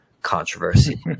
Controversy